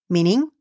Meaning